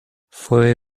fue